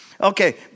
Okay